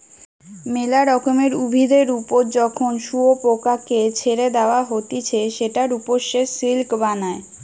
মেলা রকমের উভিদের ওপর যখন শুয়োপোকাকে ছেড়ে দেওয়া হতিছে সেটার ওপর সে সিল্ক বানায়